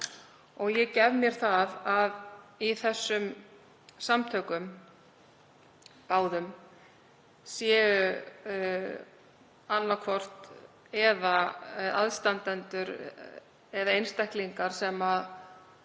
Ég gef mér að í þessum samtökum báðum séu annaðhvort aðstandendur eða einstaklingar sem